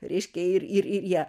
reiškia ir ir ir ją